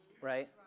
right